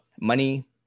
money